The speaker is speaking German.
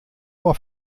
ohr